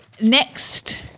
Next